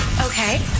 Okay